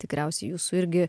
tikriausiai jūsų irgi